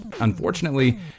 unfortunately